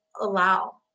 allow